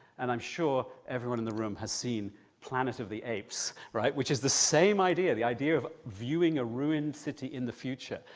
and i'm sure everyone in the room has seen planet of the apes, right, which is the same idea, the idea of viewing a ruined city in the future.